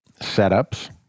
setups